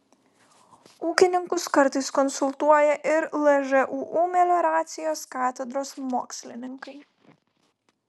ūkininkus kartais konsultuoja ir lžūu melioracijos katedros mokslininkai